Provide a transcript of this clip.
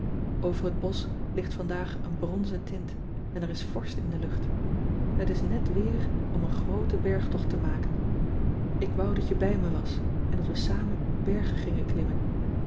ver het bosch ligt vandaag een bronzen tint en er is vorst in de lucht et is net weer om een grooten bergtocht te maken k wou dat je bij me was en dat we samen bergen gingen klimmen